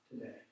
today